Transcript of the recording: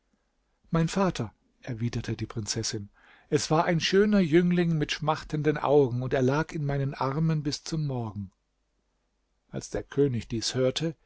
mein vater erwiderte die prinzessin es war ein schöner jüngling mit schmachtenden augen und er lag in meinen armen bis zum morgen als der könig dies hörte